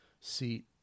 seat